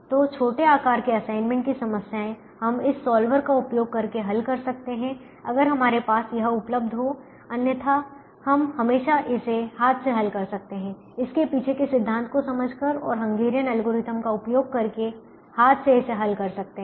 तो छोटे आकार के असाइनमेंट की समस्याएं हम इस सॉल्वर का उपयोग करके हल कर सकते हैं अगर हमारे पास यह उपलब्ध हो अन्यथा हम हमेशा इसे हाथ से हल कर सकते हैं इसके पीछे के सिद्धांत को समझकर और हंगेरियन एल्गोरिथ्म का उपयोग करके हाथ से इसे हल कर सकते हैं